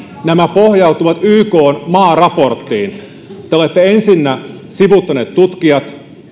nämä pohjautuvat ykn maaraporttiin te olette ensinnä sivuuttaneet tutkijat